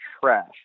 trash